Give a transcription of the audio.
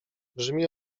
brzmi